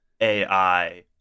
AI